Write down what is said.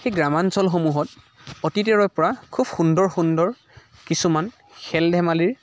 সেই গ্ৰাম্যাঞ্চলসমূহত অতীতৰে পৰা খুব সুন্দৰ সুন্দৰ কিছুমান খেল ধেমালিৰ